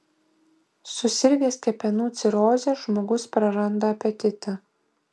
susirgęs kepenų ciroze žmogus praranda apetitą